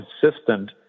consistent